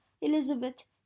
Elizabeth